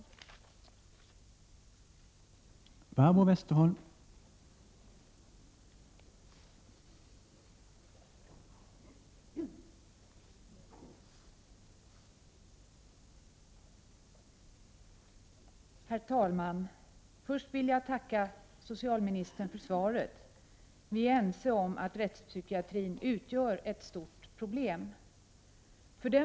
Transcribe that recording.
Omde Sy